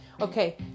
Okay